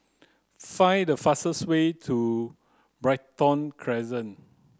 find the fastest way to Brighton Crescent